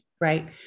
right